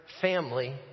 family